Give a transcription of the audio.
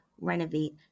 renovate